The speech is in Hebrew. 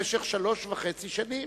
במשך שלוש וחצי שנים.